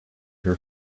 her